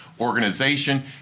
organization